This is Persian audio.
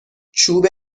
چوب